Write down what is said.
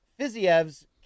Fiziev's